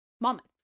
Monmouth